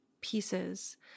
pieces